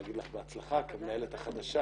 להגיד לך בהצלחה כמנהלת החדשה.